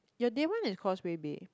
your day one is Causeway Bay